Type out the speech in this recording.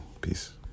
Peace